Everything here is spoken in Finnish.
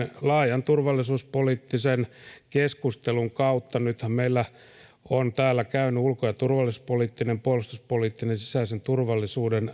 laajan turvallisuuspoliittisen keskustelun kautta toimitaan nythän meillä ovat täällä käyneet ulko ja turvallisuuspoliittinen puolustuspoliittinen sekä sisäisen turvallisuuden